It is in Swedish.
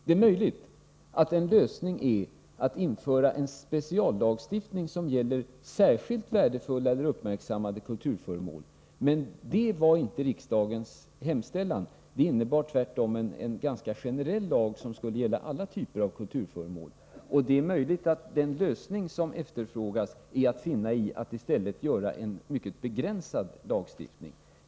Det är möjligt att en lösning är att införa en speciallagstiftning, som gäller särskilt värdefulla eller uppmärksammade kulturföremål — men det var inte riksdagens hemställan. Den syftade tvärtom till en ganska generell lag, som skulle gälla alla typer av kulturföremål. Det är möjligt att en önskvärd lösning i stället kan uppnås genom en mycket begränsad lagstiftning.